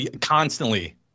Constantly